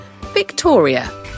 Victoria